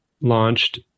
launched